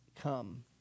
come